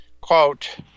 quote